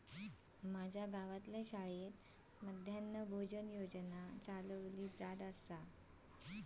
माज्या गावातल्या शाळेत मध्यान्न भोजन योजना चलवली जाता